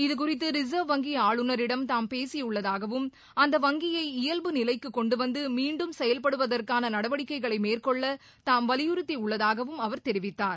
இது குறித்து ரிசர்வ் வங்கி ஆளுநரிடம் தாம் பேசியுள்ளதாகவும் அந்த வங்கியை இயல்பு நிலைக்கு கொண்டு வந்து மீண்டும் செயல்படுவதற்கான நடவடிக்கைகளை மேற்கொள்ள தாம் வலியுறுத்தியுள்ளதாகவும் அவர் தெரிவித்தார்